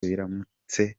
biramutse